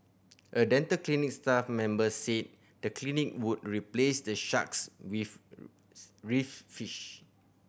a dental clinic staff member said the clinic would replace the sharks with reef fish